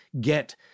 get